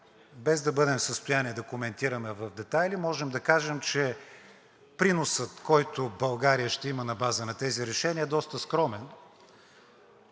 без да бъдем в състояние да коментираме в детайли, може да кажем, че приносът, който България ще има на база на тези решения, е доста скромен.